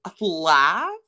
laugh